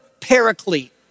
paraclete